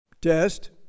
test